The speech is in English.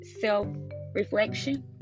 self-reflection